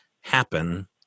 happen